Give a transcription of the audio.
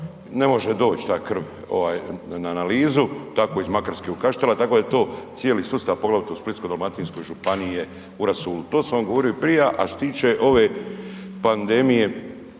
ne može doć ta krv ovaj na analizu, tako iz Makarske u Kaštela, tako da je to cijeli sustav, poglavito u Splitsko-dalmatinskoj županiji je u rasulu. To sam vam govorio i prija. A što se tiče ove pandemije,